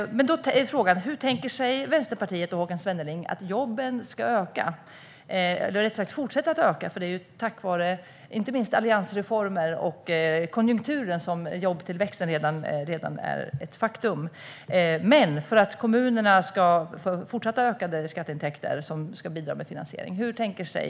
Frågan är: Hur tänker sig Vänsterpartiet och Håkan Svenneling att antalet jobb ska öka, eller rättare sagt fortsätta att öka? Det är ju tack vare inte minst alliansreformer och konjunkturen som jobbtillväxten redan är ett faktum. Men hur tänker sig Vänsterpartiet att det hela ska gå till för att kommunerna ska få fortsatt ökande skatteintäkter som ska bidra med finansiering?